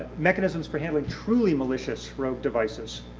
mechanisms for handling truly malicious rogue devices.